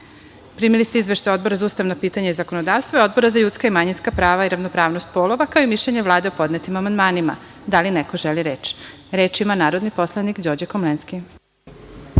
ste izveštaje Odbora za ustavna pitanja i zakonodavstvo i Odbora za ljudska i manjinska prava i ravnopravnost polova, kao i mišljenje Vlade o podnetim amandmanima. Da li neko želi reč? Reč ima narodni poslanik Đorđe Komlenski.